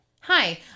Hi